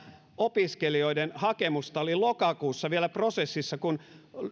opiskelijoiden hakemusta oli lokakuussa vielä prosessissa kun